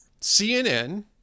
CNN